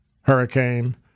hurricane